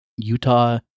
Utah